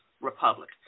Republic